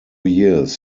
years